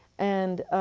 and